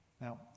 Now